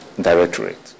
directorate